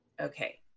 Okay